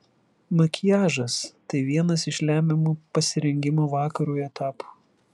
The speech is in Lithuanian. makiažas tai vienas iš lemiamų pasirengimo vakarui etapų